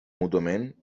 mútuament